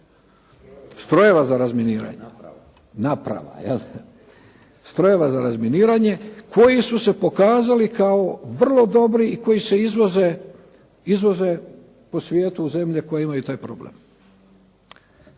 strojeva za razminiranje, naprava, strojeva za razminiranje koji su se pokazali kao vrlo dobri i koji se izvoze po svijetu u zemlje koje imaju taj problem.